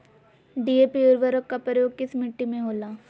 DAP उर्वरक का प्रयोग किस मिट्टी में होला?